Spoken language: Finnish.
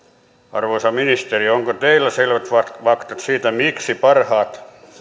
arvoisa ministeri onko teillä selvät faktat siitä miksi parhaan